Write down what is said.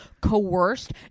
coerced